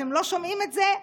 אתם לא שומעים את זה?